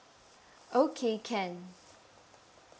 okay can